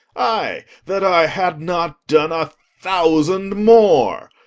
ay, that i had not done a thousand more.